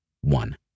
One